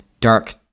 dark